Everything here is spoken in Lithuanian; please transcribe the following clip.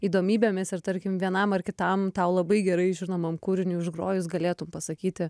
įdomybėmis ir tarkim vienam ar kitam tau labai gerai žinomam kūriniui užgrojus galėtum pasakyti